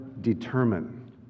determine